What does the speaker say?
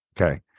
Okay